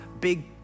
big